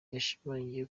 yashimangiye